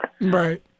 Right